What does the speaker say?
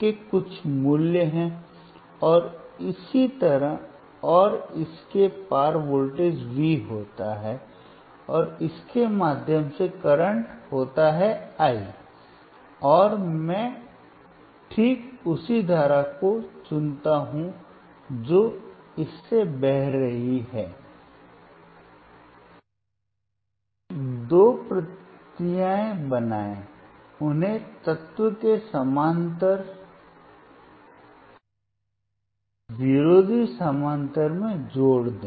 के कुछ मूल्य हैं और इसी तरह और इसके पार वोल्टेज V होता है और इसके माध्यम से करंट होता है I औरमैं ठीक उसी धारा को चुनता हूं जो इससे बह रही है इसकी दो प्रतियां बनाएं उन्हें तत्व के समानांतर समानांतर में जोड़ दें